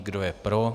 Kdo je pro?